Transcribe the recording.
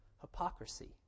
hypocrisy